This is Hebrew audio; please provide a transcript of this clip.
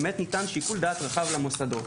באמת ניתן שיקול דעת רחב למוסדות.